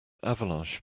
avalanche